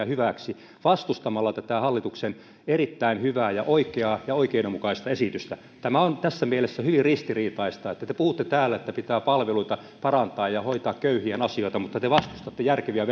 hyväksi vaan vastustatte tätä hallituksen erittäin hyvää ja oikeaa ja oikeudenmukaista esitystä tämä on tässä mielessä hyvin ristiriitaista että te te puhutte täällä että pitää palveluita parantaa ja hoitaa köyhien asioita mutta te vastustatte järkeviä